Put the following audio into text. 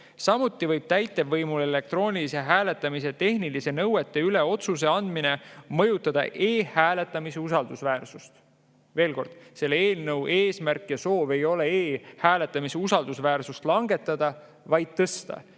Samuti võib täitevvõimule elektroonilise hääletamise tehniliste nõuete üle otsustuse andmine mõjutada e‑hääletamise usaldusväärsust." Veel kord: selle eelnõu eesmärk ja soov ei ole e‑hääletamise usaldusväärsust vähendada, vaid tõsta,